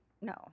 No